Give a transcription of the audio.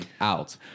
out